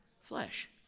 flesh